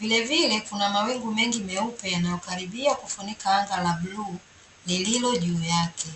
Vile vile kuna mawingu mengi meupe yanayokaribia kufunika anga la bluu, lililo juu yake.